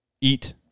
eat